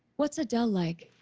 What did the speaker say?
what's adele like?